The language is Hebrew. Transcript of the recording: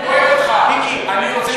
חבר הכנסת מיקי רוזנטל.